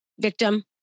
victim